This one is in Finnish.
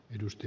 puhemies